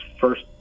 first